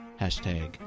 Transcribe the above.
Hashtag